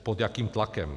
Pod jakým tlakem?